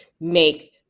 make